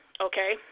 okay